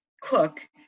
cook